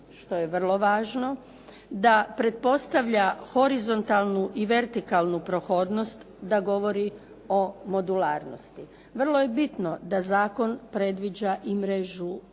što je vrlo važno, da pretpostavlja horizontalnu i vertikalnu prohodnost, da govori o modularnosti. Vrlo je bitno da zakon predviđa i mrežu